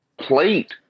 plate